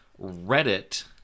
Reddit